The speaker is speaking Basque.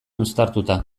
uztartuta